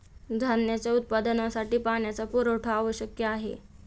धान्याच्या उत्पादनासाठी पाण्याचा पुरवठा आवश्यक आहे